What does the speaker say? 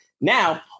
now